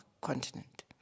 continent